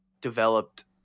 developed